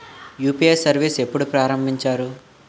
UPI service ఎప్పుడు ప్రారంభించారు?